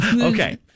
Okay